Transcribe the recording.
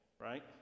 right